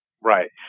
Right